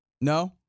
No